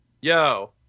yo